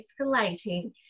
escalating